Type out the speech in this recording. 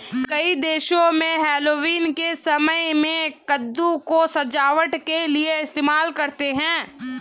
कई देशों में हैलोवीन के समय में कद्दू को सजावट के लिए इस्तेमाल करते हैं